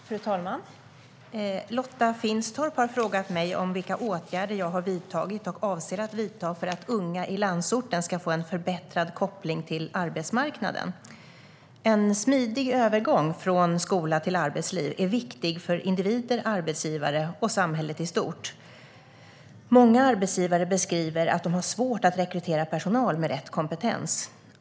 Fru talman! Lotta Finstorp har frågat mig om vilka åtgärder jag har vidtagit och avser att vidta för att unga i landsorten ska få en förbättrad koppling till arbetsmarknaden. En smidig övergång från skola till arbetsliv är viktig för individer, arbetsgivare och samhället i stort. Många arbetsgivare beskriver att de har svårt att rekrytera personal med rätt kompetens.